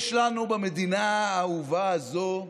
יש לנו, במדינה האהובה הזו,